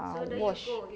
ah wash